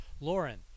Lauren